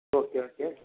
okay okay